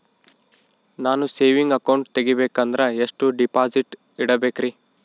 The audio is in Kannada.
ನಾನು ಸೇವಿಂಗ್ ಅಕೌಂಟ್ ತೆಗಿಬೇಕಂದರ ಎಷ್ಟು ಡಿಪಾಸಿಟ್ ಇಡಬೇಕ್ರಿ?